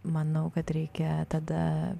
manau kad reikia tada